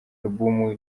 album